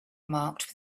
marked